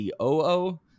COO